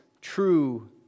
true